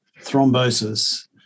thrombosis